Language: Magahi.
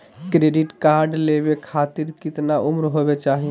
क्रेडिट कार्ड लेवे खातीर कतना उम्र होवे चाही?